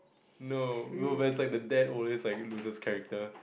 no bro it's like the dad always like loses character